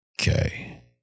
Okay